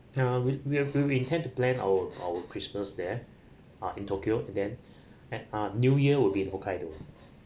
ah we we'll we tend to plan our our christmas there ah in tokyo and then and uh new year would be in hokkaido